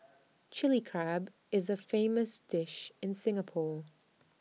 Chilli Crab is A famous dish in Singapore